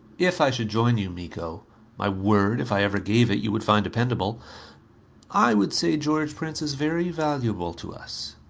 if i should join you, miko my word, if i ever gave it, you would find dependable i would say george prince is very valuable to us.